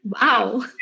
Wow